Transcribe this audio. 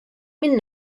minn